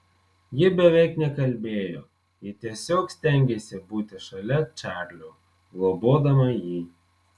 ji beveik nekalbėjo ji tiesiog stengėsi būti šalia čarlio globodama jį